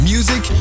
Music